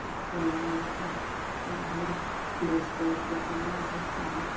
उसको लगाकर तब घर लेस पोत कर तैयार करते हैं